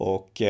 Och